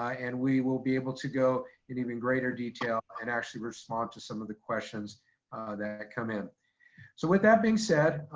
and we will be able to go in even greater detail and actually respond to some of the questions that come in. so with that being said,